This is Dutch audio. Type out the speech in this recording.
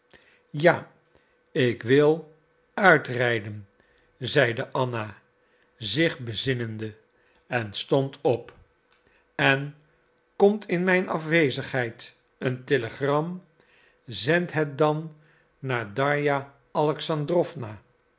ja ik wil uitrijden zeide anna zich bezinnende en stond op en komt in mijn afwezigheid een telegram zend het dan naar darja alexandrowna